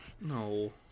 No